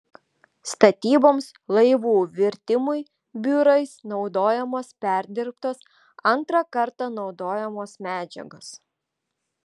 statyboms laivų virtimui biurais naudojamos perdirbtos antrą kartą naudojamos medžiagos